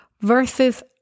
versus